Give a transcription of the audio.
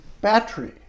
battery